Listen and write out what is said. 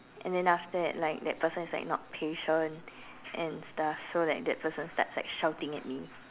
and then after that like that person is like not patient and stuff so like that person starts like shouting at me